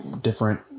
different